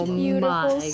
beautiful